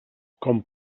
com